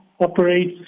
operates